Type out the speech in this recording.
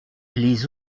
les